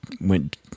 went